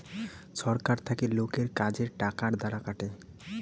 ছরকার থাকি লোকের কাজের টাকার দ্বারা কাটে